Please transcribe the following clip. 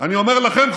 אני אומר לכם,